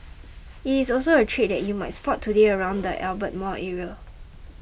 it is also a trade that you might spot today around the Albert Mall area